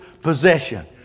possession